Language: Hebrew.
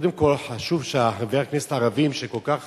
קודם כול, חשוב שחברי הכנסת הערבים, שכל כך